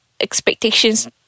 expectations